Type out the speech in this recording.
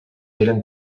eren